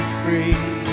free